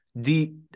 deep